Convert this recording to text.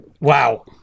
wow